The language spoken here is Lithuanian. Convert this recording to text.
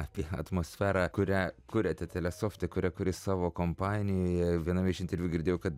apie atmosferą kurią kuriate telesofte kurią kuri savo kompanijoje viename iš interviu girdėjau kad